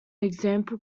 example